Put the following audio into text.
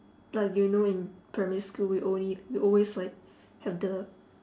like you know in primary school we only always like have the